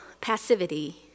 passivity